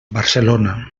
barcelona